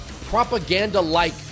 propaganda-like